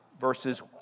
verses